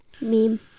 Meme